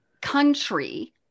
country